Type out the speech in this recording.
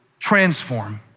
transform,